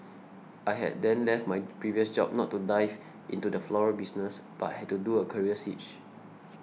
I had then left my previous job not to dive into the floral business but had to do a career switch